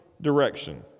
direction